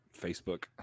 facebook